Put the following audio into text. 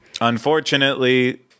unfortunately